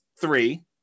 three